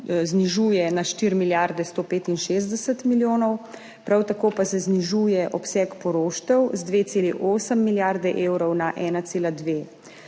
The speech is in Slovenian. znižuje na 4 milijarde 165 milijonov. Prav tako pa se znižuje obseg poroštev z 2,8 na 1,2 milijarde evrov.